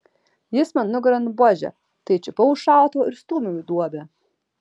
jis man nugaron buože tai čiupau už šautuvo ir stūmiau į duobę